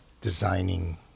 designing